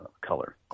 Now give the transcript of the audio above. color